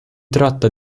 tratta